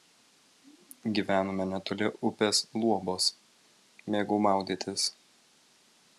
gyvenome netoli upės luobos mėgau maudytis